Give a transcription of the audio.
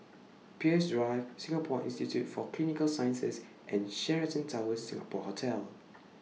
Peirce Drive Singapore Institute For Clinical Sciences and Sheraton Towers Singapore Hotel